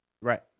Right